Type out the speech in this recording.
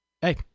hey